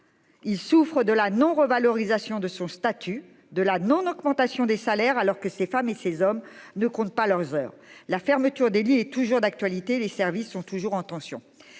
Ils souffrent de la non revalorisation de son statut de la non-, augmentation des salaires alors que ces femmes et ces hommes de comptent pas leurs heures. La fermeture des lits est toujours d'actualité. Les services sont toujours en tension